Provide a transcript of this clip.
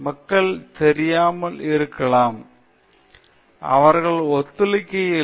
மக்கள் தெரியாமல் இருக்கலாம் அவர்கள் விழிப்புணர்வு இல்லை